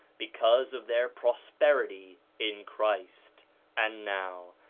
because of their prosperity in christ and now,